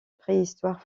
préhistoire